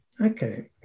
Okay